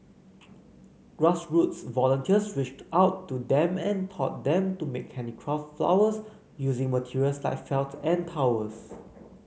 grassroots volunteers reached out to them and taught them to make handicraft flowers using materials like felt and towels